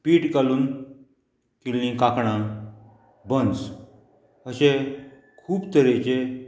पीट घालून केल्लीं कांकणां बंस अशें खूब तरेचे